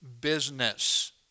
business